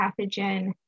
pathogen